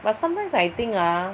but sometimes I think ah